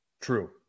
True